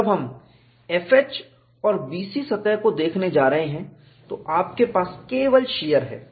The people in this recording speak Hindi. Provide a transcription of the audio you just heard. जब हम FH और BC सतह को देखने जा रहे हैं तो आपके पास केवल शीयर है